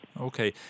Okay